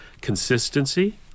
consistency